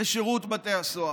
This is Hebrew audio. בשירות בתי הסוהר.